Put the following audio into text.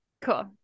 cool